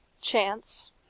chance